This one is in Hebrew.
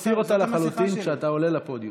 תסיר אותה לחלוטין כשאתה עולה לפודיום.